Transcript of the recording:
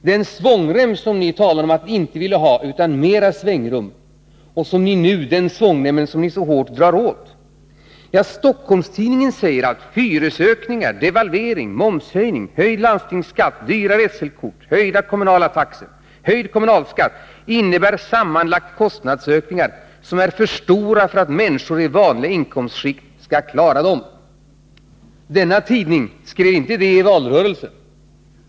Den svångrem som ni talade om att ni inte ville ha — utan mera svängrum -— är ju just den svångrem som ni nu så hårt drar åt. Stockholms-Tidningen säger att hyresökningar, devalvering, momshöjning, höjd landstingsskatt, dyrare SL-kort, höjda kommunala taxor, höjd kommunalskatt innebär sammanlagt kostnadsökningar som är för stora för att människor i vanliga inkomstskikt skall klara dem. Denna tidning skrev inte så i valrörelsen.